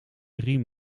riem